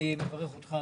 אני מברך אותך,